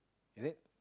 is it